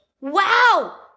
Wow